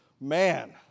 Man